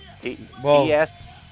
T-S